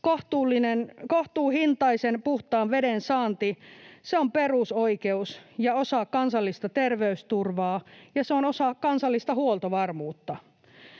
Kohtuuhintaisen puhtaan veden saanti on perusoikeus ja osa kansallista terveysturvaa, ja se on osa kansallista huoltovarmuutta.